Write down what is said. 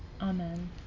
Amen